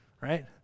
right